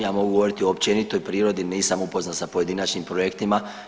Ja mogu govoriti o općenitoj prirodi, nisam upoznat sa pojedinačnim projektima.